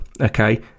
okay